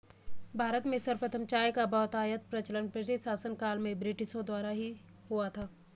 भारत में सर्वप्रथम चाय का बहुतायत प्रचलन ब्रिटिश शासनकाल में ब्रिटिशों द्वारा ही हुआ था